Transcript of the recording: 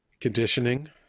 Conditioning